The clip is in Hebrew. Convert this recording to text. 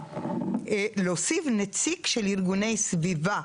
להוסיף נציג של ארגוני סביבה,